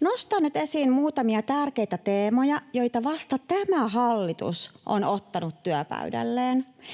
Nostan nyt esiin muutamia tärkeitä teemoja, joita vasta tämä hallitus on ottanut työpöydälleen